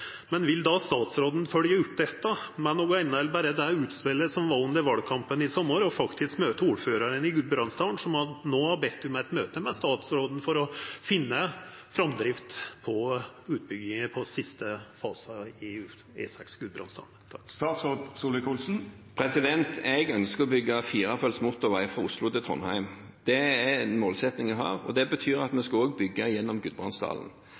Men vil statsråden følgja opp dette med noko anna enn berre det utspelet som kom under valkampen i sommar, og faktisk møta ordførarane i Gudbrandsdalen, som no har bede om eit møte med statsråden for å finna framdrift i utbygginga av siste fase av E6 Gudbrandsdalen? Jeg ønsker å bygge firefelts motorvei fra Oslo til Trondheim. Det er en målsetting jeg har, og det betyr at vi også skal bygge gjennom